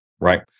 right